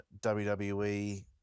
WWE